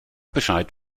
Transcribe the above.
bescheid